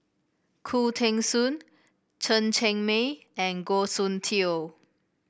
Khoo Teng Soon Chen Cheng Mei and Goh Soon Tioe